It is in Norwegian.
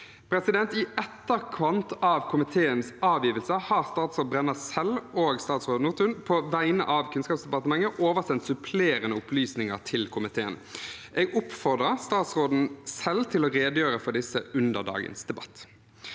vedtaket. I etterkant av komiteens avgivelse har statsråd Brenna selv og statsråd Nordtun på vegne av Kunnskapsdepartementet oversendt supplerende opplysninger til komiteen. Jeg oppfordrer statsråden selv til å redegjøre for disse under dagens debatt.